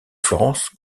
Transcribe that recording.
florence